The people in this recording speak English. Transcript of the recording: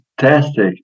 Fantastic